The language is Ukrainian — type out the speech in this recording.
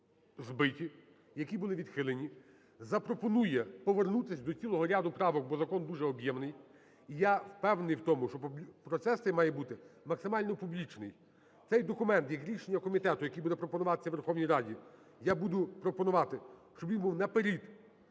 які були збиті, які були відхилені, запропонує повернутися до цілого ряду правок, бо закон дуже об'ємний. І я впевнений в тому, що процес цей має бути максимально публічний. Цей документ як рішення комітету, який буде пропонуватися Верховній Раді, я буду пропонувати, щоб він був наперед